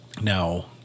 Now